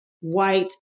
white